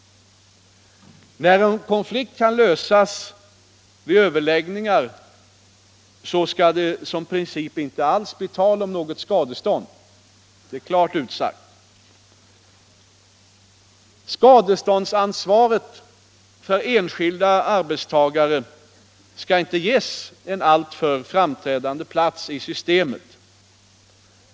När en konflikt kan lösas genom överläggningar skall det i princip inte alls bli tal om något skadestånd, det är klart utsagt. Skadeståndsansvaret för enskilda arbetstagare skall inte ges en alltför framträdande plats i systemet.